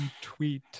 tweet